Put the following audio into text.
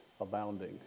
abounding